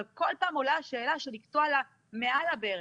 אבל כל פעם עולה השאלה של לקטוע לה מעל הברך.